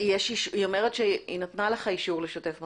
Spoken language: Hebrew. היא אומרת שהיא נתנה לך אישור לשתף מסך.